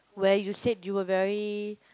where you said you were very